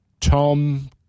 Tom